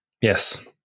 Yes